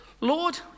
Lord